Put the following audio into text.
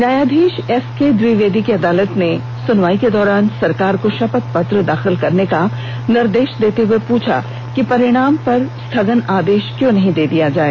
न्यायधीश एसके द्विवेदी की अदालत ने सुनवाई के दौरान सरकार को शपथ पत्र दाखिल करने का निर्देश देते हुए पूछा कि परीक्षा परिणाम पर स्थगन आदेश क्यों नहीं दे दिया जाए